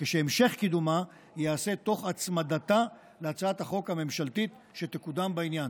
והמשך קידומה ייעשה תוך הצמדתה להצעת החוק הממשלתית שתקודם בעניין.